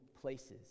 places